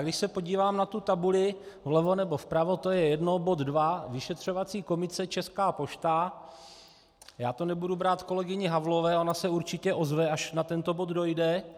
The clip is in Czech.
Když se podívám na tu tabuli vlevo nebo vpravo, to je jedno, bod 2, vyšetřovací komise Česká pošta, já to nebudu brát kolegyni Havlové, ona se určitě ozve, až na tento bod dojde.